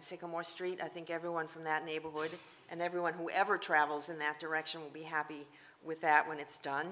sycamore street i think everyone from that neighborhood and everyone who ever travels in that direction will be happy with that when it's done